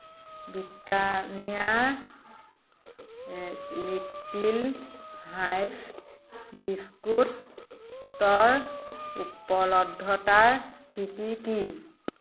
Britannia little heart বিস্কুটৰ উপলব্ধতাৰ স্থিতি কি